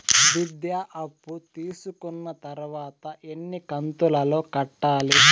విద్య అప్పు తీసుకున్న తర్వాత ఎన్ని కంతుల లో కట్టాలి?